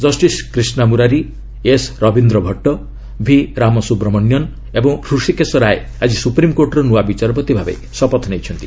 justice Krishnamurari S Ravindra Bhat V Ramasubramanian ଏବଂ ହୃଷିକେଶ ରାୟ ଆଜି ସୁପ୍ରିମକୋର୍ଟର ନୂଆ ବିଚାରପତି ଭାବେ ଶପଥ ନେଇଛନ୍ତି